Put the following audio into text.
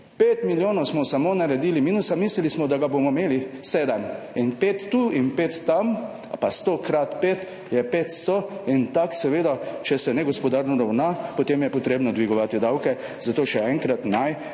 5 milijonov smo samo naredili minusa, mislili smo, da ga bomo imeli 7 in 5 tu in 5 tam ali pa 100 krat 5 je 500. In tako seveda, če se negospodarno ravna, potem je potrebno dvigovati davke. Zato še enkrat, naj